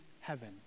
heaven